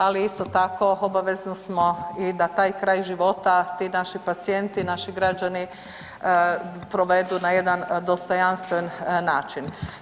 Ali isto tako obavezni smo i da taj kraj života ti naši pacijenti, naši građani provedu na jedan dostojanstven način.